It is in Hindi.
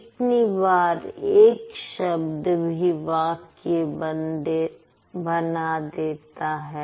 कितनी बार एक शब्द ही वाक्य बना देता है